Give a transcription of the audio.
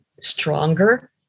stronger